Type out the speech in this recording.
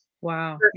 Wow